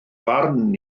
barn